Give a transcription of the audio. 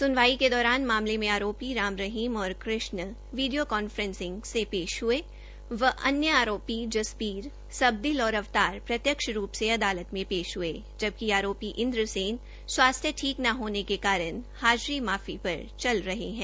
सुनवाई के दौरान मामले में आरोपी राम रहीम ओर कृष्ण वीडियो कांफ्रेंस से पेश हए व अन्य आरोपी जसंबीर सबदिलअवतार प्रत्यक्ष रूप से अदालत में पेश हुए जबकि आरोपी इन्द्रसेन स्वास्थ्य ठीक न होने के कारण हाजरी माफी पर चल रहा है